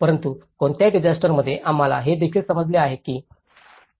परंतु कोणत्याही डिसास्टरंमध्ये आम्हाला हे देखील समजले आहे की